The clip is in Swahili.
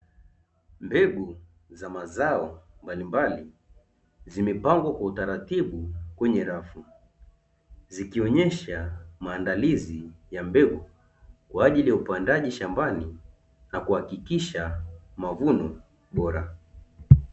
Mbegu za mazao mbalimbali, zimepangwa kwa utaratibu kwenye shelfu, zikionyesha maandalizi ya mbegu kwa ajili ya upandaji shambani na kuhakikisha mavuno bora.